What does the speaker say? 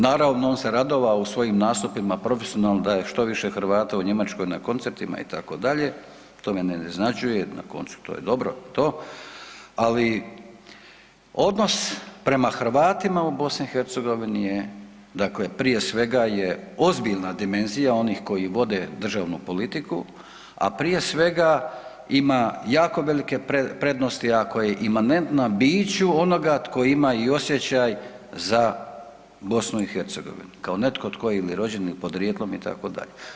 Naravno, on se radovao u svojim nastupima profesionalno da je što više Hrvata u Njemačkoj na koncertima itd., to me ne iznenađuje, na koncu to je dobro i to, ali odnos prema Hrvatima u BiH je, dakle prije svega je ozbiljna dimenzija onih koji vode državnu politiku, a prije svega ima jako velike prednosti ako je imanentna biću onoga tko ima i osjećaj za BiH kao netko tko je ili rođen ili podrijetlom itd.